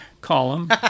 column